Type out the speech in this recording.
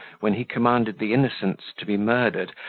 when he commanded the innocents to be murdered,